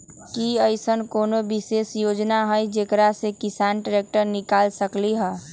कि अईसन कोनो विशेष योजना हई जेकरा से किसान ट्रैक्टर निकाल सकलई ह?